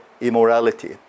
immorality